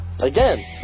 Again